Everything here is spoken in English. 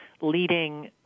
leading